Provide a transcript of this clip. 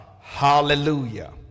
hallelujah